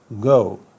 go